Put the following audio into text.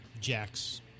Jack's